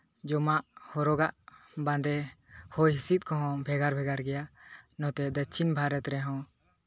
ᱡᱚᱢᱟᱠ ᱦᱚᱨᱚᱜᱜᱼᱟ ᱵᱟᱸᱫᱮ ᱦᱚᱭ ᱦᱤᱸᱥᱤᱫ ᱠᱚᱦᱚᱸ ᱵᱷᱮᱜᱟᱨ ᱵᱷᱮᱜᱟᱨ ᱜᱮᱭᱟ ᱱᱚᱛᱮ ᱫᱚᱠᱷᱤᱱ ᱵᱷᱟᱨᱚᱛ ᱨᱮᱦᱚᱸ